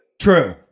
True